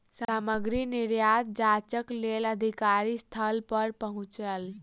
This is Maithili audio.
सामग्री निर्यात जांचक लेल अधिकारी स्थल पर पहुँचल